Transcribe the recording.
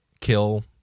kill